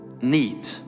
need